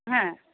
হ্যাঁ